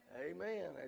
Amen